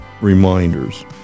Reminders